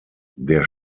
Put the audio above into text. der